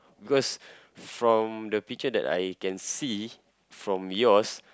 because from the picture that I can see from yours